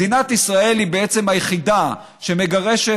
מדינת ישראל היא בעצם היחידה שמגרשת